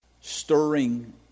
stirring